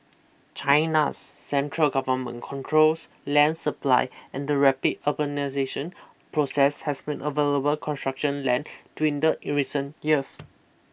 China's central government controls land supply and the rapid urbanisation process has been available construction land dwindle in recent years